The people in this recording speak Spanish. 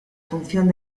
función